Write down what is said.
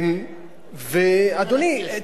ואדוני,